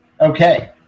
Okay